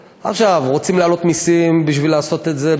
רוצים להעלות מסים כדי לעשות את זה?